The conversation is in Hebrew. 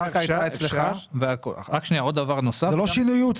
זה לא שינוי יעוד.